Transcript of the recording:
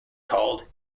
called